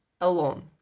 alone